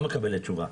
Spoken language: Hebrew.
את לא מקבלת תשובה.